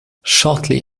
shortly